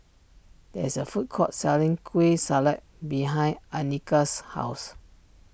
there is a food court selling Kueh Salat behind Annika's house